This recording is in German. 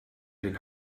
den